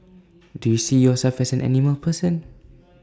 do you see yourself as an animal person